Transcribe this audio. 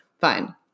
Fine